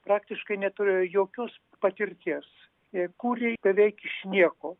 praktiškai neturėjo jokios patirties jie kūrė beveik iš nieko